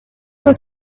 were